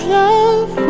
love